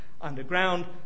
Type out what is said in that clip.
underground